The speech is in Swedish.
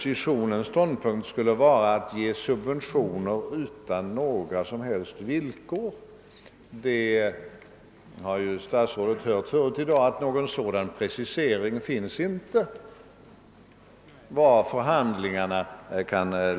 Statsrådet har ju hört förut i dag alt det inte finns någon sådan preciserin; som att oppositionens ståndpunkt skulle vara att ge subventioner utan några som helst villkor.